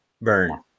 burn